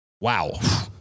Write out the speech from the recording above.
wow